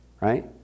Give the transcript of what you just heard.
right